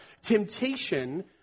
Temptation